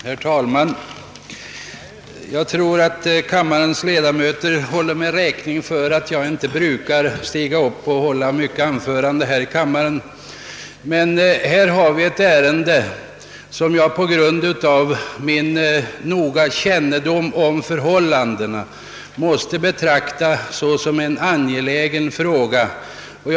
Herr talman! Jag tror att kammarens ledamöter håller mig räkning för att jag inte ofta besvärar kammaren med anföranden. Men det ärende som nu behandlas måste jag, mot bakgrund av en ingående kännedom om förhållandena, betrakta såsom så angeläget, att jag måste säga några ord.